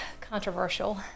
controversial